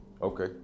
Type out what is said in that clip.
Okay